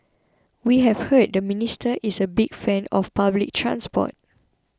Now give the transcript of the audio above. we have heard the minister is a big fan of public transport